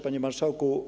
Panie Marszałku!